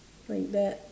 like that